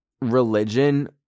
religion